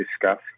discussed